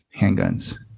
handguns